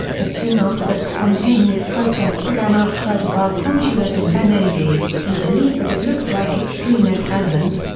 but soon after that spontaneous protest began outside of our consulate in benghazi, we believe that it looks like extremist elements,